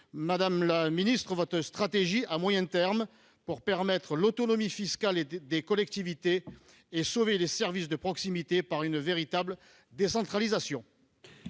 quelle est votre stratégie à moyen terme pour permettre l'autonomie fiscale des collectivités et pour sauver les services de proximité par une véritable décentralisation ?